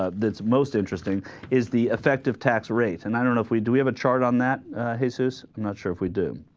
ah that's most interesting is the effective tax rate and i don't know if we do we have a chart on that basis not sure if we do